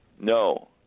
no